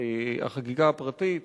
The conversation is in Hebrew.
החקיקה הפרטית,